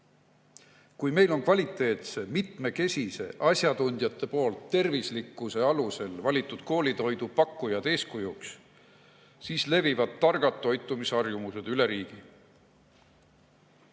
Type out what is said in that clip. Kui meil on kvaliteetse, mitmekesise, asjatundjate poolt tervislikkuse alusel valitud koolitoidu pakkujad eeskujuks, siis levivad targad toitumisharjumused üle riigi.